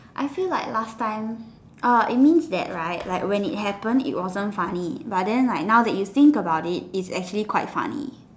I feel like last time uh it means that right like when it happens it wasn't funny but then like now that you think about it it's actually quite funny